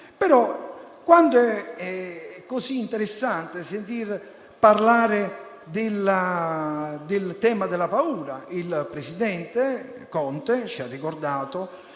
lui. È così interessante sentir parlare del tema della paura. Il presidente Conte ci ha ricordato